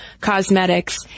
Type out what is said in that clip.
Cosmetics